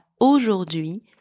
aujourd'hui